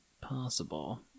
Possible